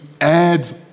adds